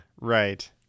right